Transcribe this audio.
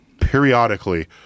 periodically